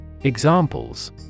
Examples